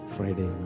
Friday